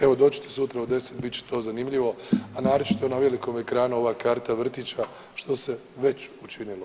Evo dođite sutra u 10,00 bit će to zanimljivo, a naročito na velikom ekranu ova karta vrtića što se već učinilo.